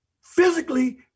physically